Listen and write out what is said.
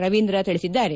ರವೀಂದ್ರ ತಿಳಿಸಿದ್ದಾರೆ